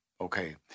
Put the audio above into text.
Okay